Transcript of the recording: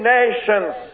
nations